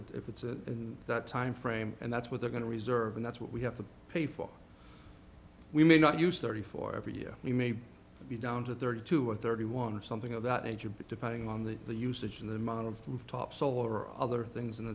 number if it's in that timeframe and that's what they're going to reserve and that's what we have to pay for we may not use thirty for every year we may be down to thirty two or thirty one or something of that nature but depending on the usage and the amount of rooftop solar or other things in